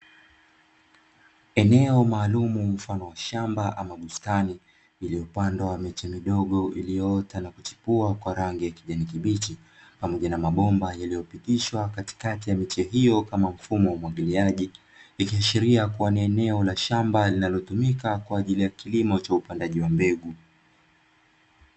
Eneo maalumu mfano wa shamba ama bustani iliyopandwa miche midogo iliyoota na kuchipua kwa rangi ya kijani kibichi, pamoja na mabomba yaliyopitishwa katikati ya miche hiyo kama mfumo wa umwagiliaji, ikiashiria kuwa ni eneo la shamba linalotumika kwa ajili ya kilimo cha upandaji wa mbegu.